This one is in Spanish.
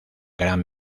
gran